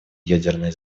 ядерной